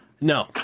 No